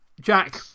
Jack